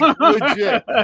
legit